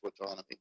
autonomy